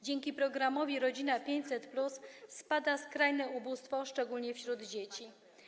Dzięki programowi „Rodzina 500+” spada skrajne ubóstwo, szczególnie wśród dzieci.